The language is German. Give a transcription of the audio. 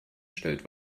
stellt